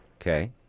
Okay